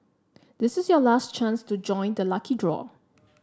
this is your last chance to join the lucky draw